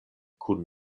kun